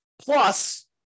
Plus